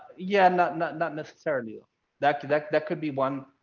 yeah. not not. not necessarily. ah that could that that could be one.